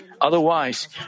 Otherwise